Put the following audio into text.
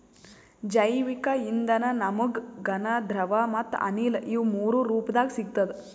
ಜೈವಿಕ್ ಇಂಧನ ನಮ್ಗ್ ಘನ ದ್ರವ ಮತ್ತ್ ಅನಿಲ ಇವ್ ಮೂರೂ ರೂಪದಾಗ್ ಸಿಗ್ತದ್